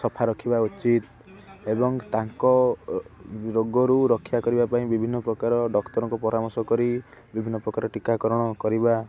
ସଫା ରଖିବା ଉଚିତ ଏବଂ ତାଙ୍କ ରୋଗରୁ ରକ୍ଷା କରିବା ପାଇଁ ବିଭିନ୍ନ ପ୍ରକାର ଡାକ୍ତରଙ୍କ ପରାମର୍ଶ କରି ବିଭିନ୍ନ ପ୍ରକାର ଟୀକାକରଣ କରିବା